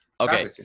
Okay